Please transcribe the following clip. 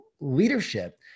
leadership